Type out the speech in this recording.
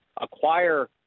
acquire